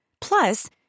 Plus